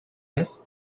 this